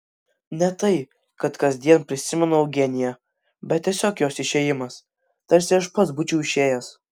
ne tai kad kasdien prisimenu eugeniją bet tiesiog jos išėjimas tarsi aš pats būčiau išėjęs